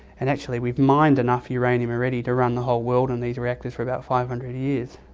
and actually we've mined enough uranium already to run the whole world in these reactors for about five hundred years.